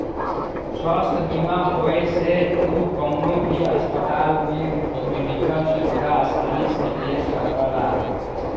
स्वास्थ्य बीमा होये से तू कउनो भी अस्पताल में मेडिकल सुविधा आसानी से ले सकला